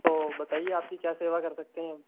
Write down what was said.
तो बताइए आपकी क्या सेवा कर सकते हैं